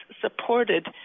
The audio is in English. supported